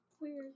Weird